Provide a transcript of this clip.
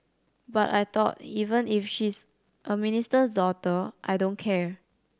but I thought even if she's a minister's daughter I don't care